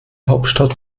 hauptstadt